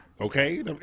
okay